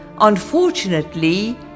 Unfortunately